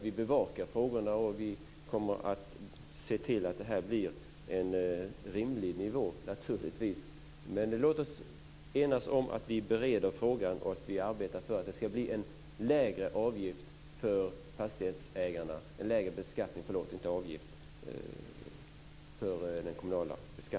Vi bevakar frågorna. Vi kommer att se till att det blir en rimlig nivå. Låt oss enas om att vi bereder frågan och att vi arbetar för att det ska bli en lägre kommunal beskattning för fastighetsägarna.